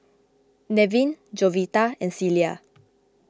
Nevin Jovita and Celia